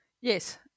yes